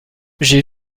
j’ai